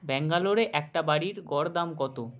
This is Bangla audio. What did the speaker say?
ব্যাঙ্গালোরে একটা বাড়ির গড় দাম কত